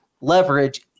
leverage